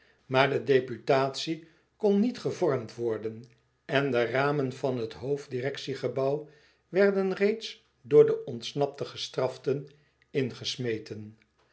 maar de deputatie kon niet gevormd worden en de ramen van het hoofd direktie gebouw werden reeds door de ontsnapte gestraften ingesmeten